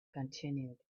continued